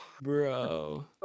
bro